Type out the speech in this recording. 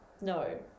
No